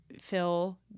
Phil